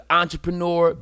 entrepreneur